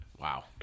Wow